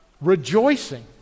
Rejoicing